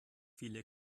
viele